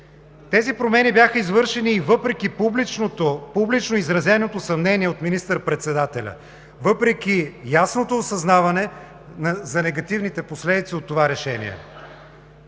Тези промени бяха извършени и въпреки публично изразеното съмнение от министър-председателя, въпреки ясното осъзнаване за негативните последици от това решение.